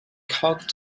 caught